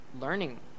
learning